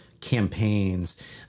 campaigns